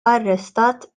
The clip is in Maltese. arrestat